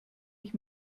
ich